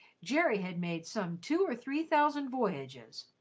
jerry had made some two or three thousand voyages,